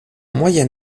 moyen